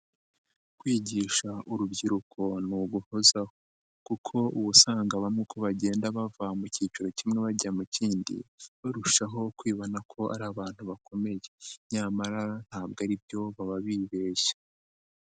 Kwigisha urubyiruko ni uguhozaho kuko uba usanga aba uko bagenda bava mu kiciro kimwe bajya mu kindi barushaho kwibona ko ari abantu bakomeye nyamara ntabwo ari byo baba bibeshya.